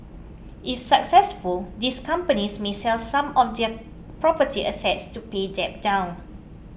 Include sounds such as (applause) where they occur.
if successful these companies may sell some of (unintelligible) property assets to pay debt down